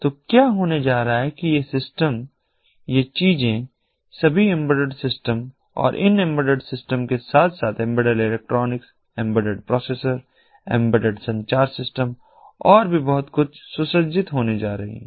तो क्या होने जा रहा है कि ये सिस्टम ये चीजें सभी एम्बेडेड सिस्टम और इन एम्बेडेड सिस्टम के साथ साथ embedded electronics embedded processor embedded संचार सिस्टम और भी बहुत कुछ सुसज्जित होने जा रही हैं